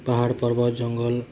ପାହାଡ଼୍ ପର୍ବତ୍ ଜଙ୍ଗଲ୍